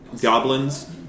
goblins